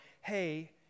hey